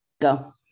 Go